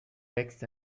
wächst